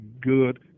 good